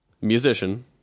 Musician